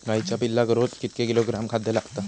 गाईच्या पिल्लाक रोज कितके किलोग्रॅम खाद्य लागता?